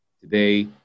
today